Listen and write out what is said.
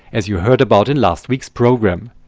as you heard about in last week's program.